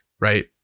Right